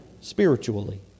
Spiritually